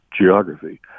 geography